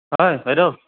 হয় বাইদেউ